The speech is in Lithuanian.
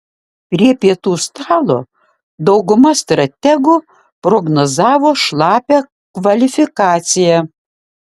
prie pietų stalo dauguma strategų prognozavo šlapią kvalifikaciją